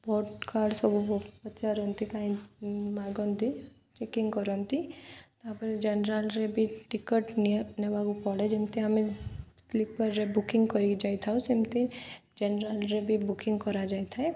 vote card ସବୁ ପଚାରନ୍ତି କାଇଁ ମାଗନ୍ତି ଚେକିଂ କରନ୍ତି ତା'ପରେ ଜେନେରାଲ୍ରେ ବି ଟିକଟ୍ ନିଅ ନେବାକୁ ପଡ଼େ ଯେମିତି ଆମେ ସ୍ଲିପର୍ରେ ବୁକିଂ କରିକି ଯାଇଥାଉ ସେମିତି ଜେନେରାଲ୍ରେ ବି ବୁକିଂ କରାଯାଇଥାଏ